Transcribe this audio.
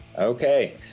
Okay